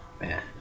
Man